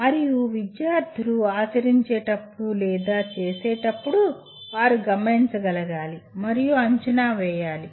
మరియు విద్యార్థులు ఆచరించేటప్పుడు లేదా చేసేటప్పుడు వారు గమనించగలగాలి మరియు అంచనా వేయాలి